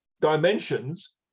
dimensions